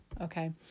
Okay